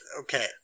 Okay